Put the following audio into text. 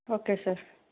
okay sir